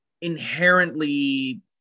inherently